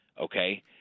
Okay